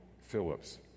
Phillips